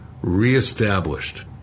reestablished